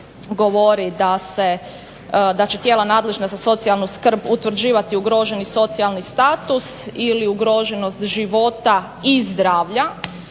da se, da će tijela nadležna za socijalnu skrb utvrđivati ugroženi socijalni status ili ugroženost života i zdravlja.